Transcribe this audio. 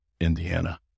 Indiana